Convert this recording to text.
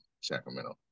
Sacramento